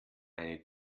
eine